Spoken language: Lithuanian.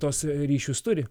tuos ryšius turi